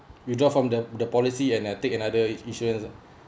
withdraw from the the policy and I take another insurance ah